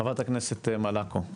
ח"כ מלקו.